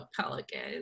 pelicans